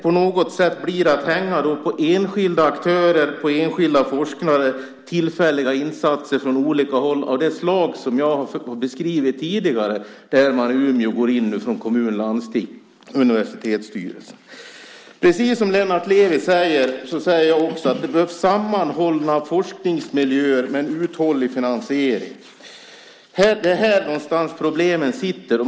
På något sätt blir det pengar till enskilda aktörer och enskilda forskare och tillfälliga insatser från olika håll av det slag som jag har beskrivit tidigare. I Umeå går man in från kommun och landsting och universitetsstyrelsen, Jag säger precis det som Lennart Levi säger. Det behövs sammanhållna forskningsmiljöer med uthållig finansiering. Det är här någonstans som problemen sitter.